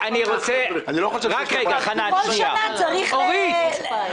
כל שנה צריך לתקצב אותם מחדש.